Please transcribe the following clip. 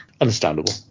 Understandable